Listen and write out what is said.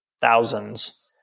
thousands